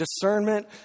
discernment